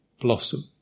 blossom